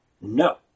No